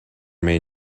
may